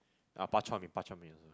ah bak-chor-mee bak-chor-mee also